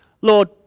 Lord